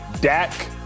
Dak